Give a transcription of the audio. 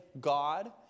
God